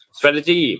Strategy